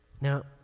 Now